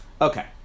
Okay